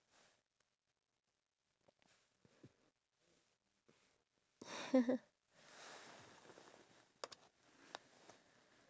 so it grew so high and then um it was reaching for the sunlight so while it was reaching for the sunlight and then the stem broke